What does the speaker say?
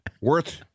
worth